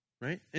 Right